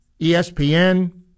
ESPN